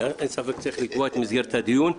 אין ספק שצריך לקבוע את מסגרת הדיון,